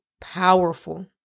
powerful